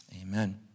amen